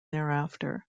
thereafter